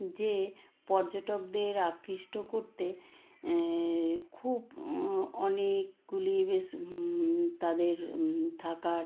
যে পর্যটকদের আকৃষ্ট করতে খুব অনেকগুলি বেশ তাদের থাকার